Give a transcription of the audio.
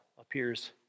appears